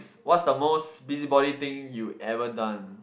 what's the most busybody thing you ever done